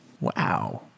Wow